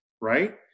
right